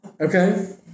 Okay